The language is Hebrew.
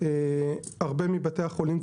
הרבה מבתי החולים,